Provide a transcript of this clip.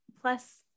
plus